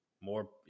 more